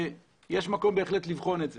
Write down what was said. יש מקום לבחון את זה,